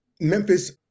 Memphis